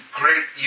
great